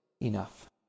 enough